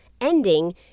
ending